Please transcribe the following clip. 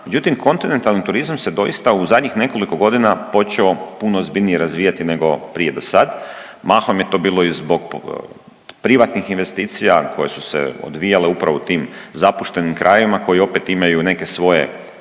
Međutim, kontinentalni turizam se doista u zadnjih nekoliko godina počeo puno ozbiljnije razvijati nego prije dosad. Mahom je to bilo i zbog privatnih investicija koje su se odvijale upravo u tim zapuštenim krajevima koji opet imaju neke svoje